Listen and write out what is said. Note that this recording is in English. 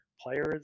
players